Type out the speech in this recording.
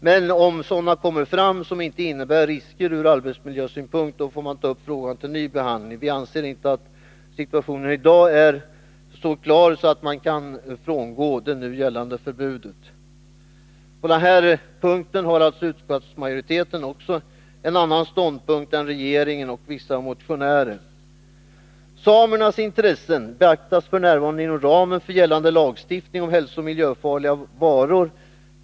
Om sådana metoder kommer fram — och om de inte innebär risker ur arbetsmiljösynpunkt — får vi ta upp frågan till ny behandling. Vi anser dock inte att situationen i dag är så klar att man kan frångå det nu gällande förbudet. På den punkten har alltså utskottsma joriteten en annan ståndpunkt än regeringen och vissa motionärer. 9” Samernas intressen beaktas f. n. inom ramen för gällande lagstiftning om hälsooch miljöfarliga varor.